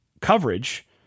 coverage